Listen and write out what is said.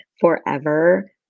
forever